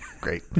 Great